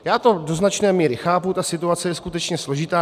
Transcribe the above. Já to do značné míry chápu, ta situace je skutečně složitá.